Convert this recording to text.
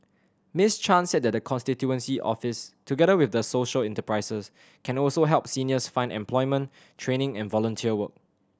Miss Chan said the constituency office together with social enterprises can also help seniors find employment training and volunteer work